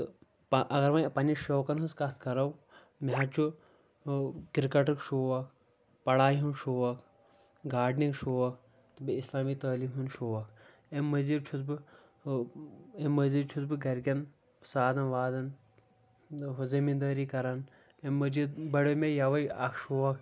تہٕ پہ اَگر وۄنۍ پنٛنہِ شوقَن ہِنٛز کَتھ کَرو مےٚ حظ چھُ کِرکَٹُک شوق پَڑھاے ہُنٛد شوق گاڈنِنٛگ شوق تہٕ بیٚیہِ اِسلٲمی تعلیٖم ہُنٛد شوق اَمہِ مٔزیٖد چھُس بہٕ اَمہِ مٔزیٖد چھُس بہٕ گَرِکٮ۪ن سادَن وادَن ہُہ زمیٖندٲری کَران اَمہِ مٔجیٖد بَڑیو مےٚ یَوَے اَکھ شوق